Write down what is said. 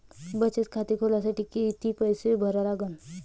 बचत खाते खोलासाठी किती पैसे भरा लागन?